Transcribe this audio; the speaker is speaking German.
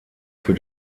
für